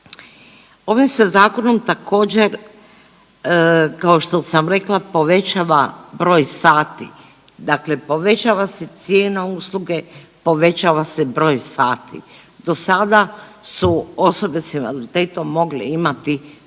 Ovim se zakonom također, kao što sam rekla, povećava broj sati, dakle povećava se cijena usluge, povećava se broj sati. Dosada su osobe s invaliditetom mogle imati 4,